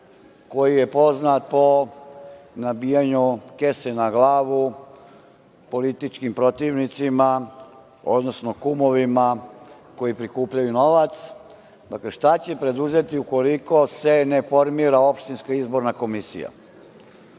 koji je poznat po nabijanju kese na glavu političkim protivnicima, odnosno kumovima koji prikupljaju novac, dakle, šta će preduzeti ukoliko se ne formira opštinska izborna komisija? Postoji